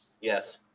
Yes